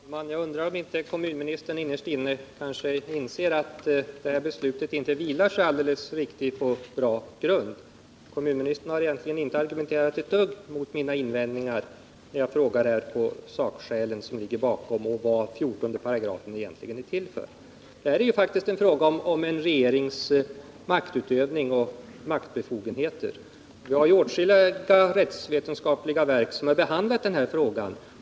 Herr talman! Jag undrar om inte kommunministern innerst inne inser att detta beslut inte vilar på riktigt bra grund. Kommunministern har egentligen inte ett dugg argumenterat emot mina invändningar i samband med att jag frågade efter vilka sakskäl som ligger bakom och vad 14 § egentligen är till för. Detta är faktiskt en fråga om en regerings maktutövning och maktbefogenheter. Vi har åtskilliga rättsvetenskapliga verk som har behandlat denna fråga.